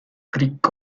greek